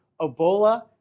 Ebola